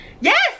Yes